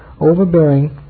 overbearing